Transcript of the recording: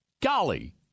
golly